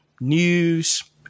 news